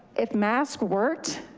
if mask worked,